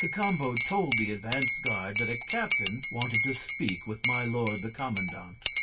cacambo told the advanced guard that a captain wanted to speak with my lord the commandant.